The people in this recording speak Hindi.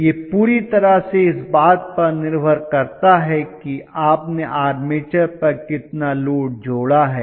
यह पूरी तरह से इस बात पर निर्भर करता है कि आपने आर्मेचर पर कितना लोड जोड़ा है